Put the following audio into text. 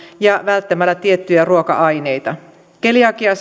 ja välttämällä tiettyjä ruoka aineista keliakiaa